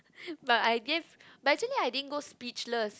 but I gave but actually I didn't go speechless